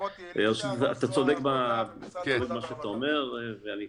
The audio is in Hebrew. אתה צודק בכל מה שאתה אומר ואני אתייחס.